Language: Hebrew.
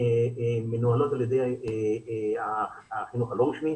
החרדיות מנוהלות על ידי החינוך הלא רשמי,